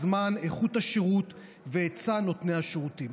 זמן, איכות השירות ואת סל נותני השירותים.